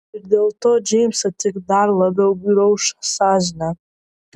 ir dėl to džeimsą tik dar labiau grauš sąžinė